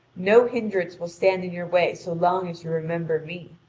no hindrance will stand in your way so long as you remember me.